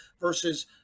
versus